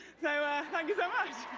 so thank you so much.